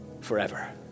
forever